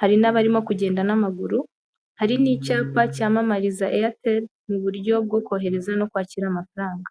hari n'abarimo kugenda n'amaguru, hari n'icyapa cyamamariza Airtel mu buryo bwo kohereza no kwakira amafaranga.